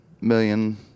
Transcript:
million